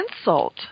insult